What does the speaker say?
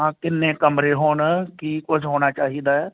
ਹਾਂ ਕਿੰਨੇ ਕਮਰੇ ਹੋਣ ਕੀ ਕੁਛ ਹੋਣਾ ਚਾਹੀਦਾ